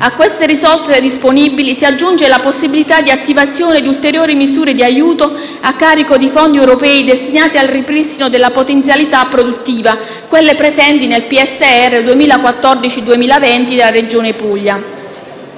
A queste risorse disponibili si aggiunge la possibilità di attivazione di ulteriori misure di aiuto a carico di fondi europei destinati al ripristino della potenzialità produttiva, presenti nel Programma di sviluppo